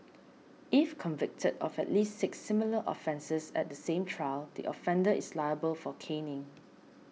if convicted of at least six similar offences at the same trial the offender is liable for caning